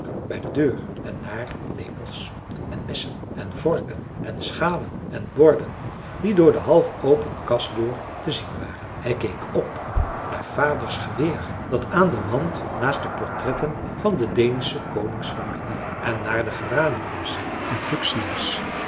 bij de deur en naar lepels en messen en vorken en schalen en borden die door de halfopen kastdeur te zien waren hij keek op naar vaders geweer dat aan den wand naast de portretten van de deensche koningsfamilie hing en naar de geraniums en fuchsia's